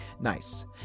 Nice